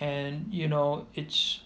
and you know it's